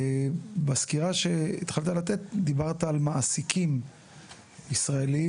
בסקירה שהתחלת לתת דיברת על מעסיקים ישראלים